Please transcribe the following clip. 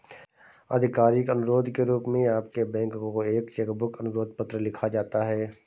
आधिकारिक अनुरोध के रूप में आपके बैंक को एक चेक बुक अनुरोध पत्र लिखा जाता है